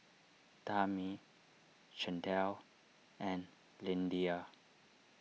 Tami Chantelle and Lyndia